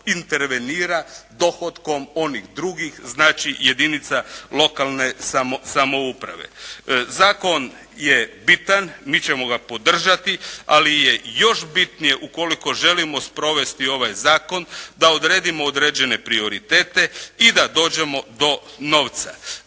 intervenira dohotkom onih drugih, znači jedinica lokalne samouprave. Zakon je bitan, mi ćemo ga podržati, ali je još bitnije ukoliko želimo sprovesti ovaj zakon, da odredimo određene prioritete i da dođemo do novca.